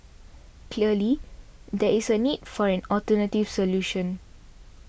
clearly there is a need for an alternative solution